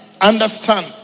understand